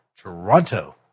Toronto